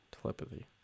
telepathy